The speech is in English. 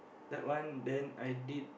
that one then I did